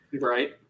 Right